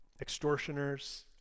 extortioners